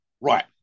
Right